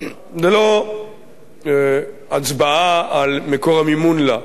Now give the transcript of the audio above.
ללא הצבעה על מקור המימון לה.